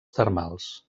termals